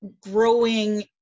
growing